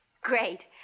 Great